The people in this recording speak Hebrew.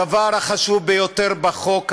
הדבר החשוב ביותר בחוק הזה,